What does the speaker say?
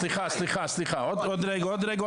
סליחה, סליחה, סליחה, עוד רגע.